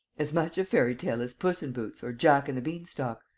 as much a fairy-tale as puss in boots or jack and the beanstalk.